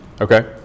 okay